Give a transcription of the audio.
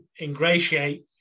ingratiate